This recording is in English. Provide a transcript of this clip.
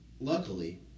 luckily